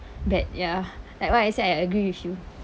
that ya like what I say I agree with you